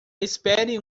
espere